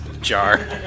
jar